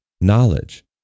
knowledge